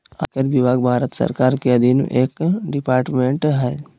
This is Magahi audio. आयकर विभाग भारत सरकार के अधीन एक डिपार्टमेंट हय